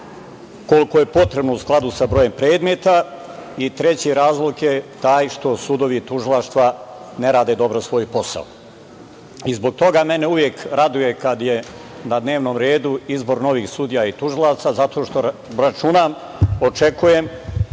koliko je potrebno u skladu sa brojem predmeta i treći razlog je taj što sudovi i tužilaštva ne rade dobro svoj posao. Zbog toga mene uvek raduje kada je na dnevnom redu izbor novih sudija i tužilaca zato što očekujem